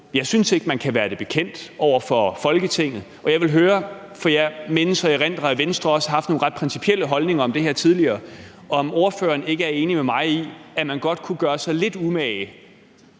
Jeg synes ikke, man kan være det bekendt over for Folketinget. Jeg vil høre ordføreren – for jeg erindrer, at Venstre også har haft nogle ret principielle holdninger til det her tidligere – om ordføreren ikke er enig med mig i, at man godt kunne gøre sig lidt umage